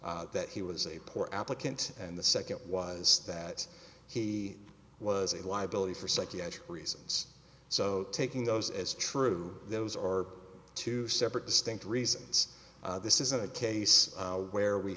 was that he was a poor applicant and the second was that he was a liability for psychiatric reasons so taking those as true those are two separate distinct reasons this isn't a case where we